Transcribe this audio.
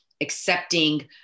accepting